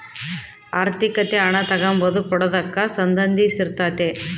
ಆರ್ಥಿಕತೆ ಹಣ ತಗಂಬದು ಕೊಡದಕ್ಕ ಸಂದಂಧಿಸಿರ್ತಾತೆ